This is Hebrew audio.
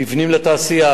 מבנים לתעשייה,